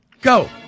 go